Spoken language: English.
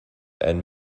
and